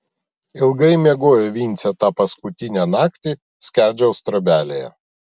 ilgai miegojo vincė tą paskutinę naktį skerdžiaus trobelėje